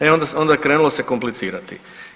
E onda je krenulo se komplicirati.